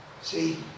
See